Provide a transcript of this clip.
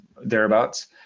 thereabouts